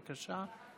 בבקשה,